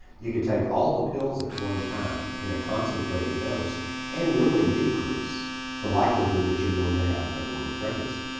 you could take all of the pills at one time in a concentrated dose and really decrease the likelihood that you're going to have an unwanted pregnancy.